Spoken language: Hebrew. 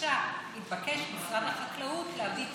התבקש משרד החקלאות להביא תוכנית,